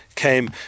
came